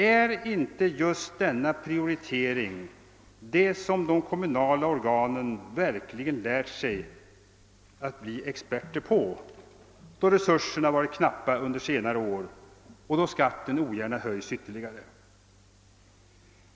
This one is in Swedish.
Är inte just denna prioritering det som de kommunala organen verkligen lärt sig att bli experter på, då resurserna varit knappa under senare år och man ogärna höjt skatten ytterligare?